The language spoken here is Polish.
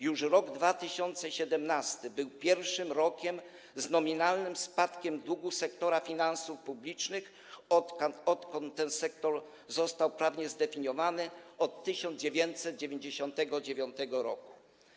Już rok 2017 był pierwszym rokiem z nominalnym spadkiem długu sektora finansów publicznych, odkąd ten sektor został prawnie zdefiniowany, od 1999 r.